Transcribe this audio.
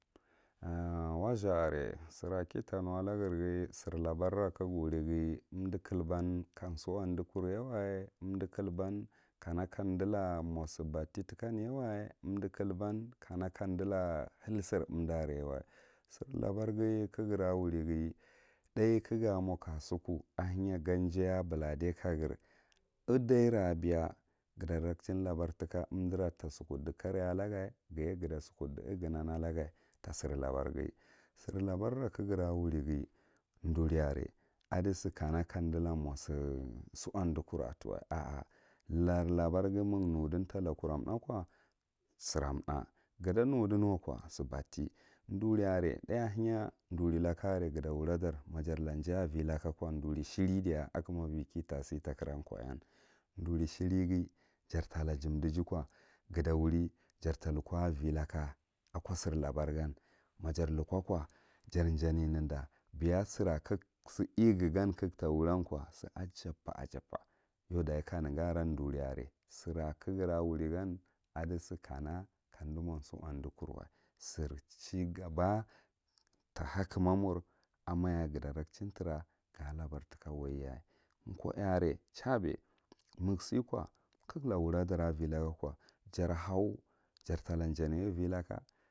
A wa zuhg are sir akita nuwala greghi sir labara ka ga wurighi unɗu kulban ka suunɗi kur yawa umɗu kulban kana kamdu la mo si batti batti yawa umdu kulban kana kamdi la hel sir umda yawa sir labar ghi ka ghira wun ghi tha kaya mo kasuku a henya gan jay abuja ɗaika gre iɗaira bey agata rakchin labar tika umdarar tasukuɗɗi kare alaga ghaya gata sukuɗɗi nghuna laya ta sir labara ka gra wuni ghi ɗuriare aɗiiye kana ka umdi la mo suuɗɗi kur atiwa la labar ghi ma ga nudin tasira tha ko sira thaa ga ta nudin wa ko si batti duri are ta ahenya ɗurri laka are gata wura dar ɗuri shiriɗiya a kama vighi kitasi takira koeyan ɗuri shirighi jar tala jumdiji ko gata wuri jor ta luko uvi laka ako sir labar gam, ma jar luka jar jani ninda beya sileghagankaga ta wuram ko sig abba ajabba yau dachi kaneghi aran ɗurri are sura kagra wurigan adi si kana kamɗi mo suɗɗi kurwa ir chingaba ta hakama mur ɗma yaye gada rakechin tra ga labar tika waiyaye, ko jare cha be magha siko kagala wuri daw avi laka ko jar hall ja ta la gam avi laka.